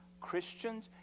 Christians